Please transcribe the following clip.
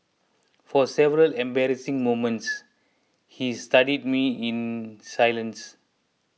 for several embarrassing moments he studied me in silence